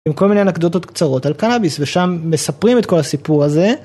עם כל מיני אנקדוטות קצרות על קנאביס ושם מספרים את כל הסיפור הזה.